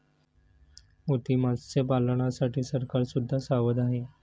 मोती मत्स्यपालनासाठी सरकार सुद्धा सावध आहे